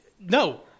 no